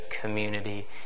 community